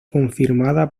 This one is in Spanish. confirmada